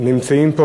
נמצאים פה.